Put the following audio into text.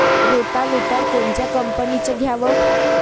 Rotavator कोनच्या कंपनीचं घ्यावं?